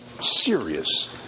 serious